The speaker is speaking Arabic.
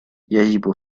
يجب